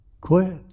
Quit